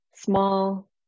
small